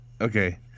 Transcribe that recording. okay